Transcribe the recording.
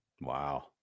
Wow